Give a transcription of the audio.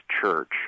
Church